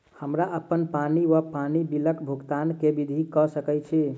हम्मर अप्पन पानि वा पानि बिलक भुगतान केँ विधि कऽ सकय छी?